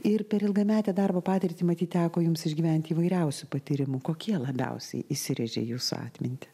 ir per ilgametę darbo patirtį matyt teko jums išgyventi įvairiausių patyrimų kokie labiausiai įsirėžė į jūsų atmintį